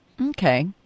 Okay